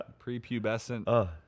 Prepubescent